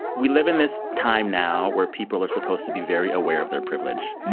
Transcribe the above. we live in this time now where people are supposed to be very aware of their privilege.